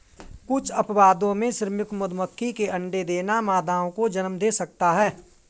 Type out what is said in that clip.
कुछ अपवादों में, श्रमिक मधुमक्खी के अंडे देना मादाओं को जन्म दे सकता है